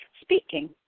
speaking